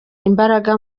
imbaraga